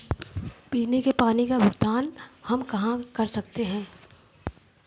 पीने के पानी का बिल का भुगतान हम कहाँ कर सकते हैं?